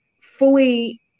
fully